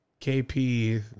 KP